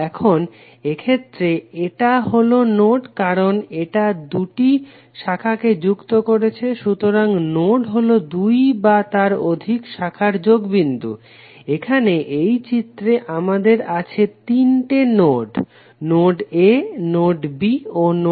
এখন এক্ষেত্রে এটা হলো নোড কারণ এটা এই দুটি শাখাকে যুক্ত করছে সুতরাং নোড হলো দুই বা তার অধিক শাখার যোগ বিন্দু এখানে এই চিত্রে আমাদের আছে 3টে node node a node b ও নোড c